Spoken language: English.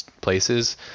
places